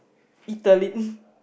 italy